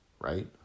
right